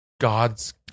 god's